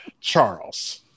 Charles